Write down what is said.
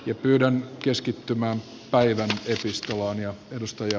nyt pyydän keskittymää päivänä tietysti huomio edustaja